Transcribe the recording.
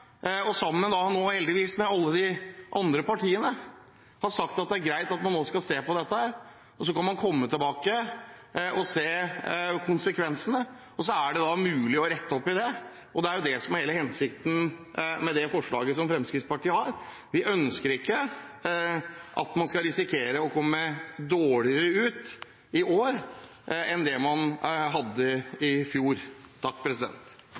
på, sammen med regjeringen, og nå heldigvis sammen med alle de andre partiene, som har sagt at det er greit at man nå skal se på dette. Senere kan man komme tilbake og se på konsekvensene, og så er det mulig å rette opp i det. Det er jo det som er hele hensikten med det forslaget som Fremskrittspartiet fremmer. Vi ønsker ikke at man skal risikere å komme dårligere ut i år enn i fjor.